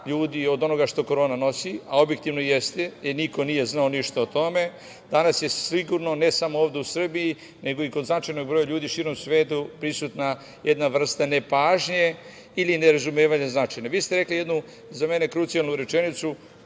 ljudi od onoga što korona nosi, a objektivno jeste i niko nije znao ništa o tome, danas je sigurno, ne samo ovde u Srbiji, nego i kod značajnog broja ljudi širom sveta prisutna jedna vrsta nepažnje ili nerazumevanje značajna. Vi ste rekli jednu za mene krucijalnu rečenicu